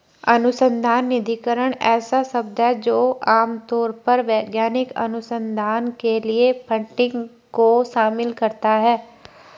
अनुसंधान निधिकरण ऐसा शब्द है जो आम तौर पर वैज्ञानिक अनुसंधान के लिए फंडिंग को शामिल करता है